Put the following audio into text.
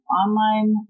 online